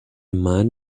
man